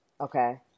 Okay